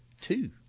Two